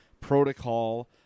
protocol